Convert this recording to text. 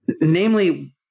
Namely